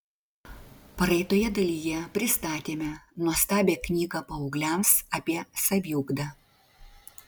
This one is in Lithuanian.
praeitoje dalyje pristatėme nuostabią knygą paaugliams apie saviugdą